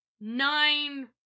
Nine